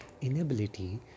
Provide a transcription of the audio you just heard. inability